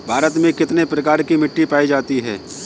भारत में कितने प्रकार की मिट्टी पाई जाती है?